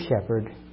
shepherd